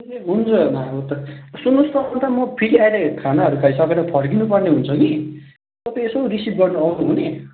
ए हुन्छ नभए सुन्नुहोस् न अन्त म फेरि अहिले खानाहरू खाइसकेर फर्किनु पर्ने हुन्छ कि तपाईँ यसो रिसिभ गर्नु आउनु हुने